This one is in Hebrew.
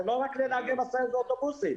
זה לא רק לנהגי משאיות ואוטובוסים,